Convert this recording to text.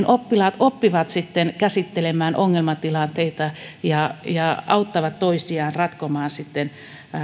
oppilaat oppivat käsittelemään ongelmatilanteita ja auttavat toisiaan ratkomaan sitten